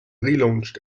relaunched